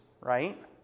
right